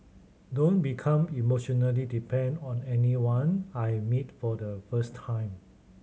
don't become emotionally depend on anyone I meet for the first time